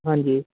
ਹਾਂਜੀ